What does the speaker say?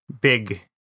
big